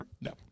No